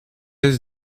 jest